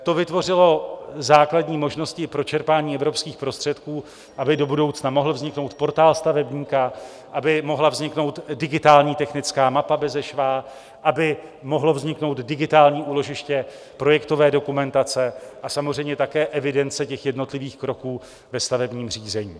To vytvořilo základní možnosti i pro čerpání evropských prostředků, aby do budoucna mohl vzniknout Portál stavebníka, aby mohla vzniknout digitální technická mapa bezešvá, aby mohlo vzniknout digitální úložiště projektové dokumentace a samozřejmě také evidence jednotlivých kroků ve stavebním řízení.